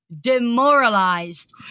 demoralized